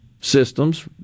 systems